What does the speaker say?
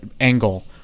angle